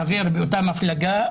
חבר באותה מפלגה,